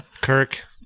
Kirk